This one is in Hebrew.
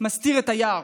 מסתיר את היער.